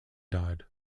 dodd